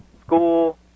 school